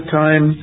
time